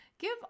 Give